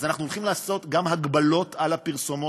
אז אנחנו הולכים לעשות גם הגבלות על הפרסומות.